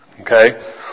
Okay